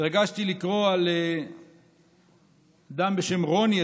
התרגשתי לקרוא על אדם בשם רוני,